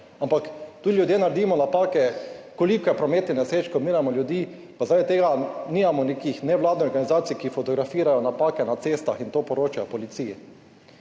ampak tudi ljudje naredimo napake, koliko je prometnih nesreč, ko umiramo ljudje, pa zaradi tega nimamo nekih nevladnih organizacij, ki fotografirajo napake na cestah in to poročajo policiji.